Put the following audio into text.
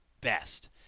best